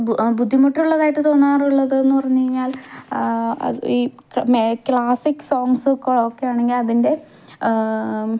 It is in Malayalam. ബുദ്ധിമുട്ടുള്ളതായിട്ട് തോന്നാറുള്ളതെന്ന് പറഞ്ഞുകഴിഞ്ഞാല് ഈ ക്ലാസിക് സോങ്സ്സൊക്കെ ഒക്കെയാണെങ്കില് അതിന്റെ